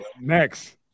Next